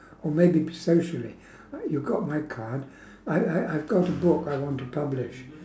or maybe socially uh you got my card I've I've I've got a book I want to publish